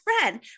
friend